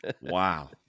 Wow